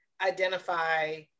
identify